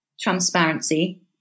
transparency